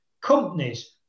Companies